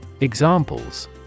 Examples